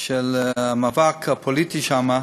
המאבק הפוליטי שם.